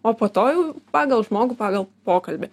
o po to jau pagal žmogų pagal pokalbį